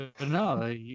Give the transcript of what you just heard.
no